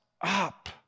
up